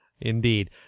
Indeed